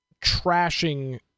trashing